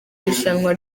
irushanwa